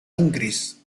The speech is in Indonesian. inggris